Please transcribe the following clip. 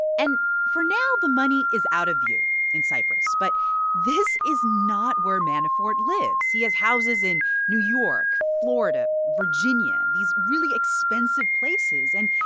and for now, the money is out of view in cyprus. but this is not where manafort lives. he has houses in new york, florida, virginia, these really expensive places. and,